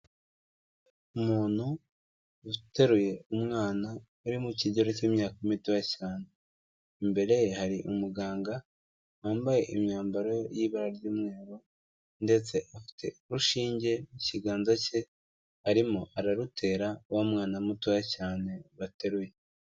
Umuntu uteruye umwana uri mu kigero cy'imyaka mitoya cyane. Imbere ye hari umuganga wambaye imyambaro y'ibara ry'umweru ndetse afite urushinge mu kiganza cye arimo ararutera wa mwana mutoya cyane bateruye.